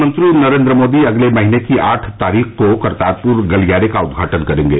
प्रधानमंत्री नरेन्द्र मोदी अगले महीने की आठ तारीख को करतारपूर गलियारे का उद्घाटन करेंगे